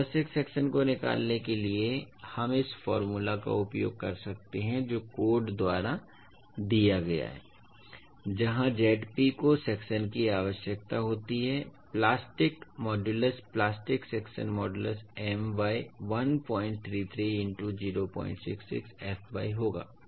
तो आवश्यक सेक्शन को निकालने के लिए हम इस फार्मूला का उपयोग कर सकते हैं जो कोड द्वारा दिया गया है जहां Zp को सेक्शन की आवश्यकता होती है plastic modulus plastic section modulus M by 133 into 066 fy होगा